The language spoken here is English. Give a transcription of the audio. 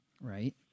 Right